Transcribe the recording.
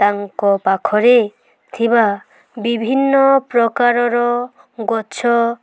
ତାଙ୍କ ପାଖରେ ଥିବା ବିଭିନ୍ନ ପ୍ରକାରର ଗଛ